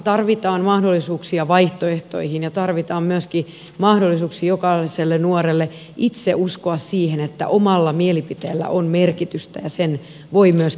tarvitaan mahdollisuuksia vaihtoehtoihin ja tarvitaan myöskin mahdollisuuksia jokaiselle nuorelle itse uskoa siihen että omalla mielipiteellä on merkitystä ja sen voi myöskin tunnustaa